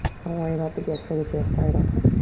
don't worry about the gif or the jif, sorry about it.